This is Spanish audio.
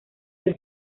del